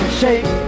shake